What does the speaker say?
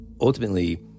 Ultimately